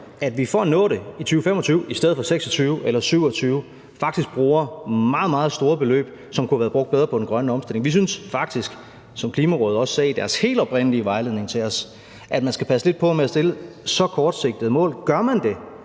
at vi for at nå det i 2025 i stedet for 2026 eller 2027 faktisk bruger meget, meget store beløb, som kunne være brugt bedre på den grønne omstilling. Vi synes faktisk, som Klimarådet også sagde i deres helt oprindelige vejledning til os, at man skal passe lidt på med at sætte sig så kortsigtede mål, og gør man det,